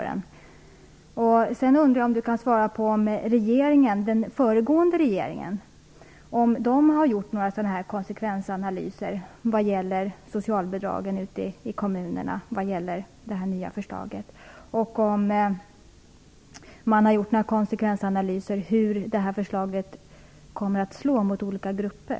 Jag undrar om arbetsmarknadsministern kan svara på om den föregående regeringen har gjort några konsekvensanalyser som gäller socialbidragen ute i kommunerna och detta nya förslag. Har man gjort några konsekvensanalyser av hur detta förslag kommer att slå mot olika grupper?